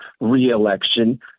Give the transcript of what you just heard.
reelection